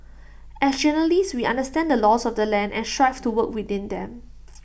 as journalists we understand the laws of the land and strive to work within them